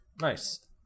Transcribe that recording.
Nice